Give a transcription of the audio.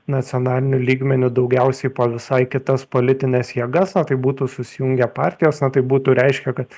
nacionaliniu lygmeniu daugiausiai po visai kitas politines jėgas o tai būtų susijungę partijos na tai būtų reiškia kad